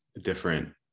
different